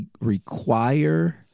require